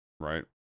right